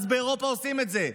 אז באירופה עושים את זה.